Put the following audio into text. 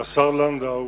השר לנדאו,